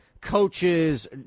coaches